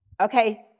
okay